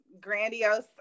grandiose